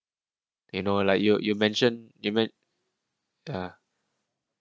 you know like you you mention you men ah